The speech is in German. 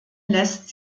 lässt